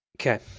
Okay